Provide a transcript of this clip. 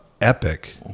epic